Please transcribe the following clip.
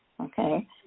okay